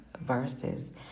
verses